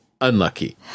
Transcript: unlucky